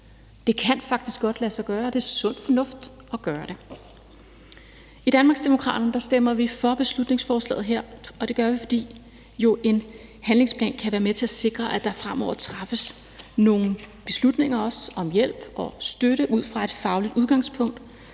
Det kan faktisk godt lade sig gøre, og det er sund fornuft at gøre det. I Danmarksdemokraterne stemmer vi for beslutningsforslaget her, og det gør vi, fordi en handlingsplan jo kan være med til at sikre, at der fremover træffes nogle beslutninger om hjælp og støtte ud fra et fagligt udgangspunkt